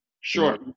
Sure